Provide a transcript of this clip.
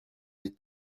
des